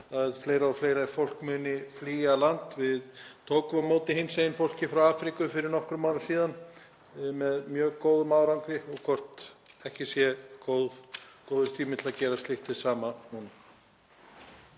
að fleira og fleira fólk muni flýja land. Við tókum á móti hinsegin fólki frá Afríku fyrir nokkrum árum síðan með mjög góðum árangri. Væri ekki góður tími til að gera slíkt hið sama núna?